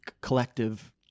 collective